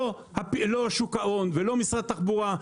לא שוק ההון ולא משרד התחבורה.